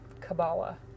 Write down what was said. kabbalah